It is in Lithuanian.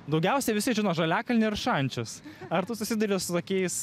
daugiausia visi žino žaliakalnį ir šančius ar tu susiduri su tokiais